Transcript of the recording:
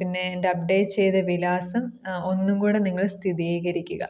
പിന്നെ എൻ്റെ അപ്ഡേറ്റ് ചെയ്ത വിലാസം ഒന്നുംകൂടെ നിങ്ങൾ സ്ഥിതീകരിക്കുക